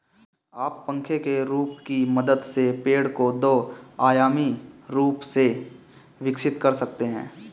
आप पंखे के रूप की मदद से पेड़ को दो आयामी रूप से विकसित कर सकते हैं